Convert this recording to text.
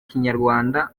kinyarwanda